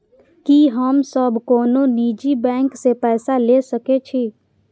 की हम सब कोनो निजी बैंक से पैसा ले सके छी?